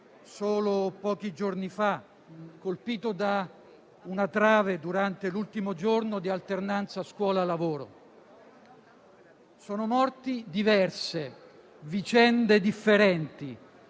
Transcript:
solo pochi giorni fa, colpito da una trave durante l'ultimo giorno di alternanza scuola-lavoro. Sono morti diverse, vicende differenti,